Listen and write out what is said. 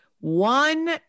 one